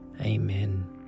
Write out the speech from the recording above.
Amen